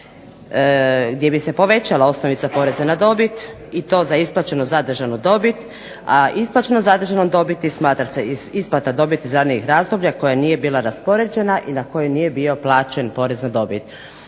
gdje bi se povećala osnovica poreza na dobit i to za isplaćenu zadržanu dobit, a isplaćenom zadržanom dobiti smatra se isplata dobiti iz ranijih razdoblja koja nije bila raspoređena i na koju nije bio plaćen porez na dobit.